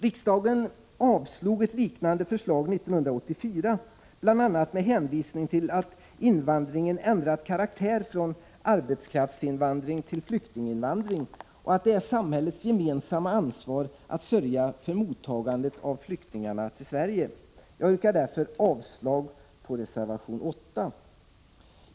Riksdagen avslog ett liknande förslag 1984 bl.a. med hänvisning till att invandringen ändrat karaktär från arbetskraftsinvandring till flyktinginvandring och att det är samhällets gemensamma ansvar att sörja för mottagandet av flyktingarna till Sverige. Jag yrkar därför avslag på reservation 8.